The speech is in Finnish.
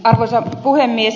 arvoisa puhemies